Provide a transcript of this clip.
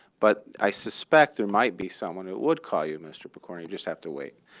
but i suspect there might be someone who would call you, mr. pokorny, you just have to wait.